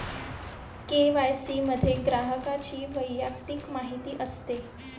KYC मध्ये ग्राहकाची वैयक्तिक माहिती असते